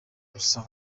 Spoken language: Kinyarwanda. gusa